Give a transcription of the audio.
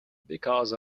because